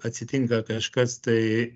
atsitinka kažkas tai